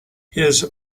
his